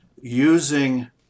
using